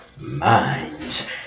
minds